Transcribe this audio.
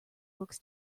books